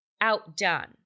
outdone